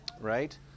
right